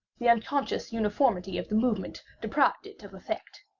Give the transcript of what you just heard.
the unconscious uniformity of the movement deprived it of effect.